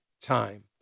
Time